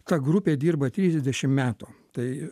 ta grupė dirba trisdešim metų tai